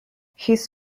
his